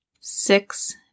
six